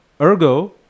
Ergo